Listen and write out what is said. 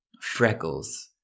Freckles